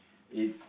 it's